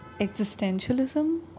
existentialism